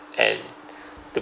and